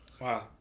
Wow